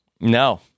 no